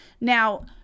Now